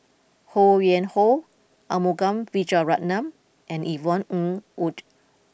Ho Yuen Hoe Arumugam Vijiaratnam and Yvonne Ng Uhde